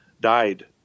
died